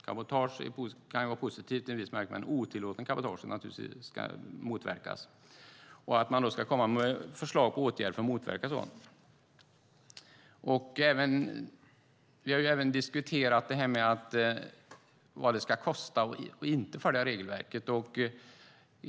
Cabotage kan ju vara positivt i en viss bemärkelse, men otillåten cabotageverksamhet ska motverkas. Man ska då komma med förslag på åtgärder för att motverka sådan. Vi har även diskuterat vad det ska kosta att inte följa regelverket.